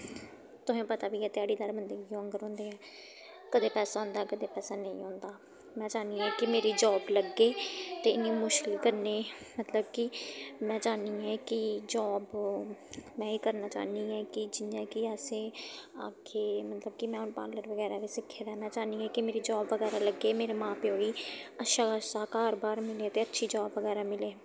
तुसें गी पता बी है ध्याह्ड़ीदार बंदे इ'यै आंगर होंदे कदें पैसा होंदा कदैं पैसा नेंई होंदा में चाह्न्नी आं कि मेरी जाब लग्गै ते इ'न्नी मुश्कल कन्नै मतलब कि में चाह्न्नी आं कि जाब में एह् करना चाह्न्नी ऐं कि जि'यां कि असें आक्खे मतलब कि में हून पार्लर बगैरा बी सिक्खे दा ऐ में चाह्न्नी आं कि मेरी जाब बगैरा लग्गै मेरे मां प्यो ई अच्छा अच्छा घर बाह्र मिले ते अच्छी जाब बगैरा मिले